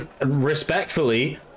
Respectfully